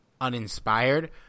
uninspired